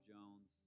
Jones